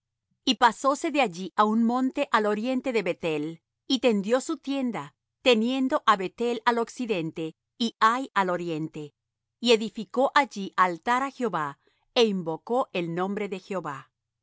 y pasóse de allí á un monte al oriente de bethel y tendió su tienda teniendo á bethel al occidente y hai al oriente y edificó allí altar á jehová é invocó el nombre de jehová